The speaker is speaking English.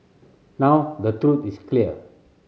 now the truth is clear